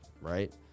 right